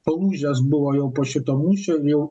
palūžęs buvo jau po šito mūšio vėl